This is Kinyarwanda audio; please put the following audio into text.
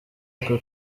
aka